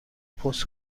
پست